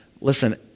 listen